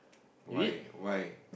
why why